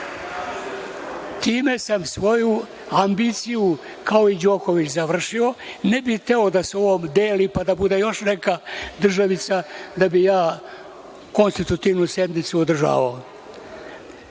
Time sam svoju ambiciju, kao i Đoković, završio. Ne bih hteo da se ovo deli, pa da bude još neka državica, da bih ja konstitutivnu sednicu održavao. Hteo